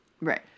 Right